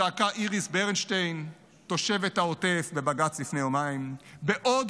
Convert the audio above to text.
זעקה בבג"ץ לפני יומיים איריס ברנשטיין,